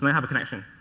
have a connection.